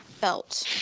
belt